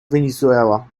venezuela